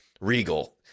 Regal